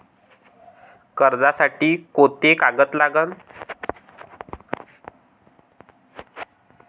कर्जसाठी कोंते कागद लागन?